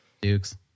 Dukes